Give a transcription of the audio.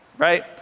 Right